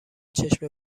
چشم